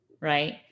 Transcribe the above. right